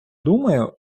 думаю